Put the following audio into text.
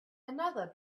another